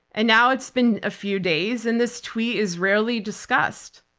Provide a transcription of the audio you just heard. and now it's been a few days and this tweet is rarely discussed.